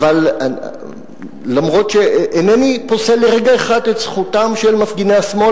אף שאינני פוסל לרגע אחד את זכותם של מפגיני השמאל